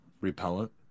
repellent